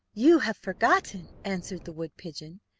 you have forgotten answered the wood-pigeon,